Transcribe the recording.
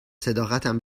صداقتم